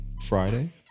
Friday